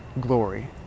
glory